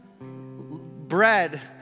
bread